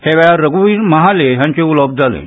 ह्या वेळार रघुवीर महाले हांचेंय उलोवप जालें